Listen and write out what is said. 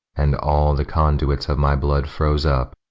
and all the conduits of my blood froze up,